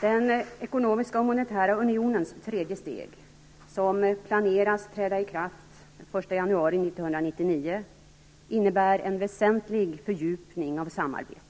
Den ekonomiska och monetära unionens tredje steg, som planeras träda i kraft den 1 januari 1999, innebär en väsentlig fördjupning av samarbetet.